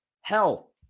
hell